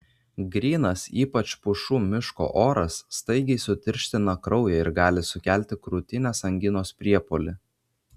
grynas ypač pušų miško oras staigiai sutirština kraują ir gali sukelti krūtinės anginos priepuolį